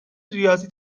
ریاضی